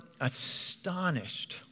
astonished